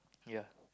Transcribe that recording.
ya